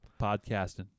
Podcasting